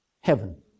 Heaven